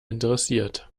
interessiert